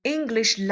English